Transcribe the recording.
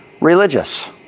religious